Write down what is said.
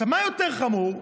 עכשיו, מה יותר חמור?